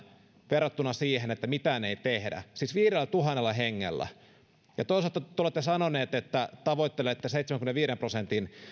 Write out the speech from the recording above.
verrattuna siihen että mitään ei tehdä siis viidellätuhannella hengellä toisaalta te olette sanoneet että tavoittelette seitsemänkymmenenviiden prosentin